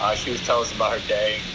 she tells about her day.